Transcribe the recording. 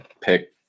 pick